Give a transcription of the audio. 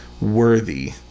worthy